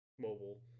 mobile